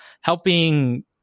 helping